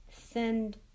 send